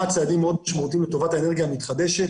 צעדים משמעותיים מאוד לטובת האנרגיה המתחדשת